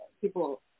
people